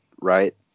right